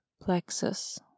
plexus